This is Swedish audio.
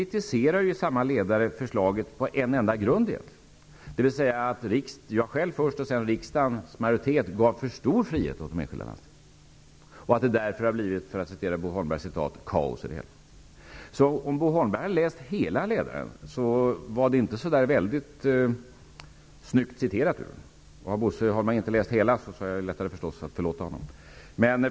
I den åberopade ledaren kritiseras förslaget egentligen på en enda grund. Det gäller att jag och därefter riksdagens majoritet gav för stor frihet till de enskilda landstingen. I den ledare Bo Holmberg refererade till sägs att det har blivit kaos. Om Bo Holmberg har läst hela ledaren var hänvisningen inte särskilt snygg. Om han inte har läst hela ledaren har jag lättare att förlåta honom.